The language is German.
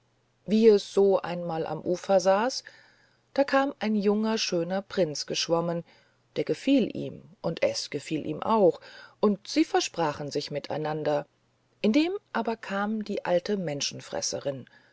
wie es so einmal am ufer saß da kam ein junger schöner prinz geschwommen der gefiel ihm und es gefiel ihm auch und sie versprachen sich miteinander indem aber kam die alte menschenfresserin